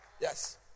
Yes